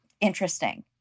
Interesting